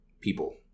people